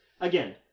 again